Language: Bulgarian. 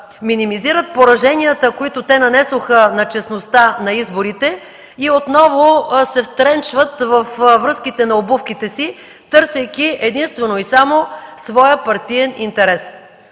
минимизират пораженията, които те нанесоха на честността на изборите, и отново се втренчват във връзките на обувките си, търсейки единствено и само своя партиен интерес.